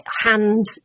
hand